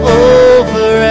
over